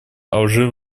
алжир